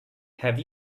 have